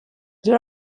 there